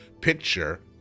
picture